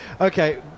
Okay